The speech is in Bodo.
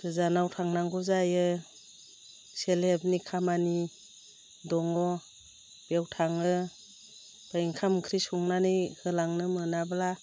गोजानाव थांनांगौ जायो सेल्प हेल्फनि खामानि दङ बेयाव थाङो ओमफ्राय ओंखाम ओंख्रि संनानै होलांनो मोनाब्ला